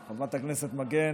חברת הכנסת מגן?